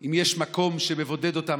אם יש מקום שמבודד אותם,